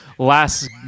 Last